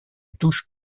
touches